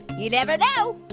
you never know.